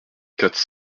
quatre